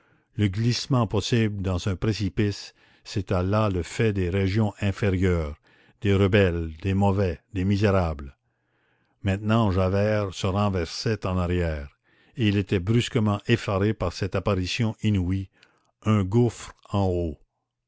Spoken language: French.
le glissement possible dans un précipice c'était là le fait des régions inférieures des rebelles des mauvais des misérables maintenant javert se renversait en arrière et il était brusquement effaré par cette apparition inouïe un gouffre en haut